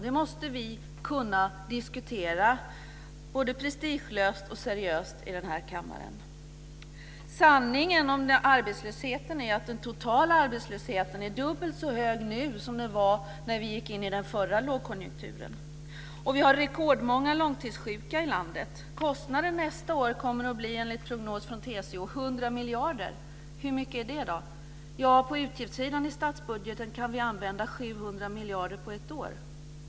Det måste vi kunna diskutera både prestigelöst och seriöst i den här kammaren. Sanningen om arbetslösheten är att den totala arbetslösheten är dubbelt så hög nu som den var när vi gick in i den förra lågkonjunkturen. Vi har rekordmånga långtidssjuka i landet. Kostnaden nästa år kommer enligt prognos från TCO att bli 100 miljarder. Hur mycket är det? På utgiftssidan i statsbudgeten kan vi använda 700 miljarder på ett år.